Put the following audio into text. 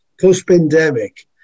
post-pandemic